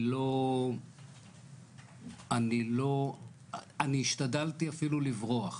אני השתדלתי אפילו לברוח